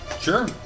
Sure